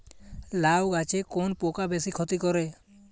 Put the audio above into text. লাউ গাছে কোন পোকা বেশি ক্ষতি করে?